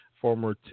Former